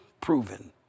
proven